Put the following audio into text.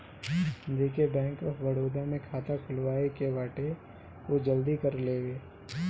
जेके bank of Baroda में खाता खुलवाए के बाटे उ जल्दी कर लेवे